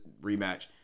rematch